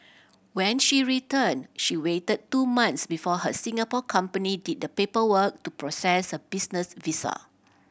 when she returned she waited two months before her Singapore company did the paperwork to process her business visa